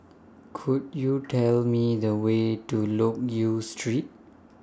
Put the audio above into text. Could YOU Tell Me The Way to Loke Yew Street